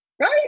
right